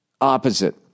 opposite